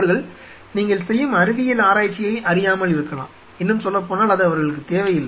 அவர்கள் நீங்கள் செய்யும் அறிவியல் ஆராய்ச்சியை அறியாமல் இருக்கலாம் இன்னும் சொல்லப்போனால் அது அவர்களுக்குத் தேவையில்லை